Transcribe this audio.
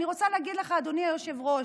אני רוצה להגיד לך, אדוני היושב-ראש: